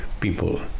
people